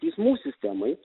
teismų sistemai